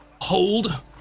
Hold